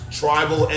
tribal